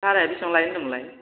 बाहाराया बिसिबां लायो होनदोंमोनलाय